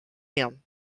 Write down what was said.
him